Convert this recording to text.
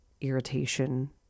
irritation